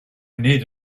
need